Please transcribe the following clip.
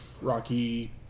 Rocky